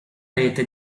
rete